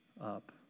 up